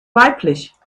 weiblich